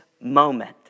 moment